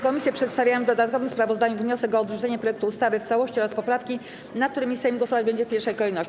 Komisje przedstawiają w dodatkowym sprawozdaniu wniosek o odrzucenie projektu ustawy w całości oraz poprawki, nad którymi Sejm głosować będzie w pierwszej kolejności.